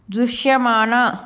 దృశ్యమాన